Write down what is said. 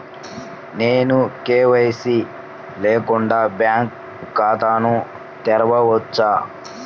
నేను కే.వై.సి లేకుండా బ్యాంక్ ఖాతాను తెరవవచ్చా?